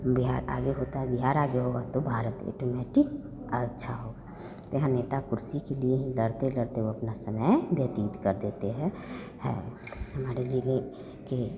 बिहार आगे होता बिहार आगे होगा तो भारत ऑटोमेटिक अच्छा होगा तो यहाँ नेता कुर्सी की लिए ही लड़ते लड़ते वे अपना समय व्यतीत कर देते हैं हैं हमारे ज़िले के